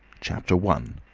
chapter one.